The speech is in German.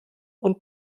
und